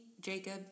Jacob